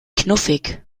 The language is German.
knuffig